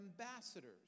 ambassadors